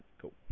cool